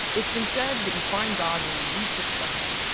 it's been said that you find god where you least expect it.